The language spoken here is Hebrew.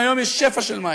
והיום יש שפע של מים.